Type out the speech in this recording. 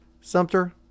Sumter